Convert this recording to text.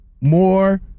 more